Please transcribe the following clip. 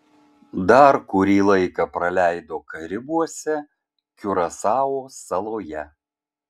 dar kurį laiką praleido karibuose kiurasao saloje